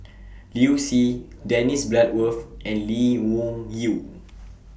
Liu Si Dennis Bloodworth and Lee Wung Yew